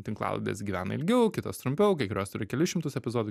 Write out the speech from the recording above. tinklalaidės gyvena ilgiau kitos trumpiau kai kurios turi kelis šimtus epizodų